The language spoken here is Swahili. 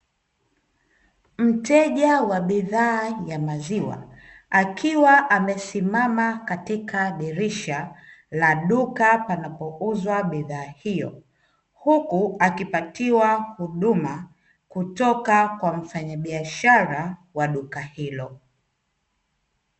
Mteja wa bidhaa ya maziwa, akiwa amesimama katika dirisha la duka panapouzwa bidhaa hiyo, huku akipatiwa huduma kutoka kwa mfanyabishara wa duka hilo.